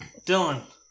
Dylan